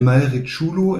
malriĉulo